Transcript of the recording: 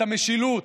את המשילות,